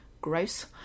gross